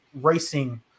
racing